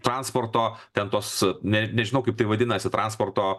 transporto ten tos ne nežinau kaip taip vadinasi transporto